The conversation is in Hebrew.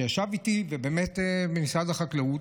שישב איתי במשרד החקלאות,